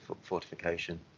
fortification